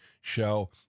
show